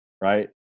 right